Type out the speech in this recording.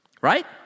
Right